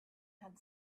had